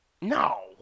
No